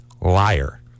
liar